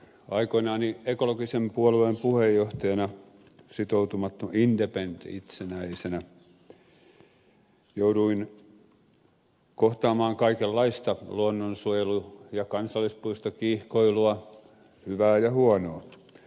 aikoinani ekologisen puolueen puheenjohtajana independent itsenäisenä jouduin kohtaamaan kaikenlaista luonnonsuojelu ja kansallispuistokiihkoilua hyvää ja huonoa